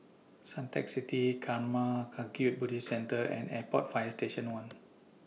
Suntec City Karma Kagyud Buddhist Centre and Airport Fire Station one